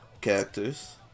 characters